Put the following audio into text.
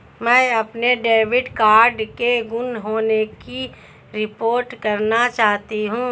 मैं अपने debit card के गुम होने की रिपोर्ट करना चाहती हूँ